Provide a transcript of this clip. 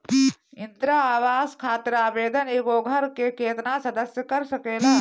इंदिरा आवास खातिर आवेदन एगो घर के केतना सदस्य कर सकेला?